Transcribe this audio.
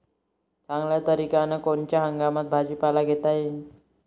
चांगल्या तरीक्यानं कोनच्या हंगामात भाजीपाला घेता येईन?